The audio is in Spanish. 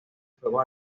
fuegos